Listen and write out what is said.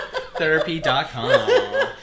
therapy.com